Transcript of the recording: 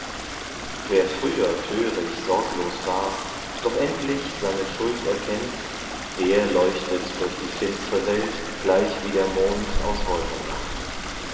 wer früher törig sorglos war doch endlich seine schuld erkennt der leuchtet durch die finstre welt gleichwie der mond aus wolkennacht